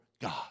God